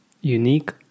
unique